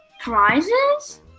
prizes